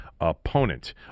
opponent